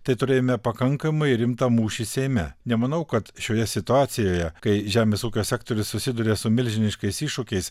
tai turėjome pakankamai rimtą mūšį seime nemanau kad šioje situacijoje kai žemės ūkio sektorius susiduria su milžiniškais iššūkiais